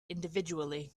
individually